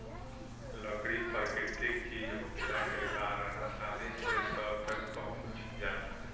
लकड़ी प्राकृतिक चीज होखला के कारण आसानी से सब तक पहुँच जाला